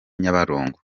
nyabarongo